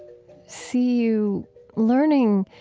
see you learning,